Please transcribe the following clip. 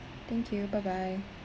thank you bye bye